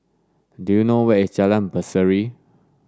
do you know where is Jalan Berseri